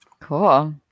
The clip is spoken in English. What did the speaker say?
Cool